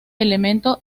elemento